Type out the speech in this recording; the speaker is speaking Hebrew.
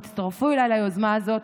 תצטרפו אליי ליוזמה הזאת.